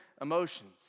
emotions